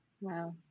Wow